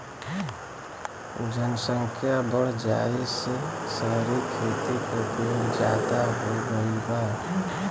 जनसख्या बढ़ जाये से सहरी खेती क उपयोग जादा हो गईल बा